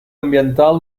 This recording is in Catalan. ambiental